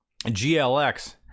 glx